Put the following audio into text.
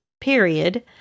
period